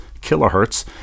kilohertz